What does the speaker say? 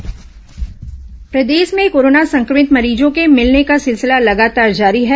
corona मरीज प्रदेश में कोरोना संक्रमित मरीजों के मिलने का सिलसिला लगातार जारी है